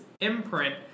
Imprint